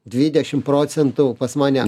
dvidešim procentų pas mane